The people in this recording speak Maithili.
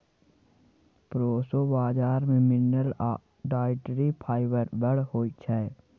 प्रोसो बजरा मे मिनरल आ डाइटरी फाइबर बड़ होइ छै